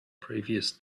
previous